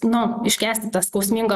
nu iškęsti tą skausmingą